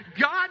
God